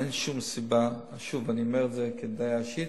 אין שום סיבה, שוב, אני אומר את זה כדעה אישית,